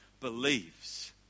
believes